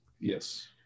Yes